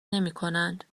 نمیکنند